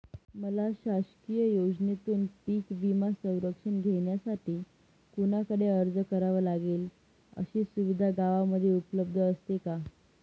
मला शासकीय योजनेतून पीक विमा संरक्षण घेण्यासाठी कुणाकडे अर्ज करावा लागेल? अशी सुविधा गावामध्ये उपलब्ध असते का?